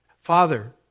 Father